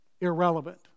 irrelevant